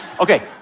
Okay